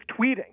tweeting